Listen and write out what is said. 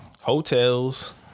Hotels